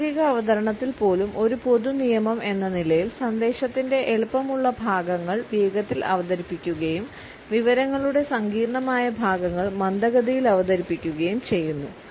ഔദ്യോഗിക അവതരണത്തിൽ പോലും ഒരു പൊതുനിയമം എന്ന നിലയിൽ സന്ദേശത്തിന്റെ എളുപ്പമുള്ള ഭാഗങ്ങൾ വേഗത്തിൽ അവതരിപ്പിക്കുകയും വിവരങ്ങളുടെ സങ്കീർണ്ണമായ ഭാഗങ്ങൾ മന്ദഗതിയിൽ അവതരിപ്പിക്കുകയും ചെയ്യുന്നു